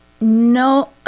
no